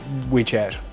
WeChat